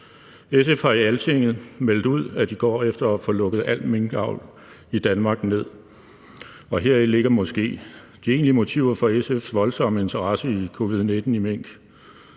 SF har i Altinget meldt ud, at de går efter at få lukket al minkavl i Danmark ned, og heri ligger måske de egentlige motiver for SF's voldsomme interesse for covid-19 i mink.